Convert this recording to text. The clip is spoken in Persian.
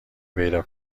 پیدا